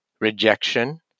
rejection